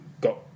Got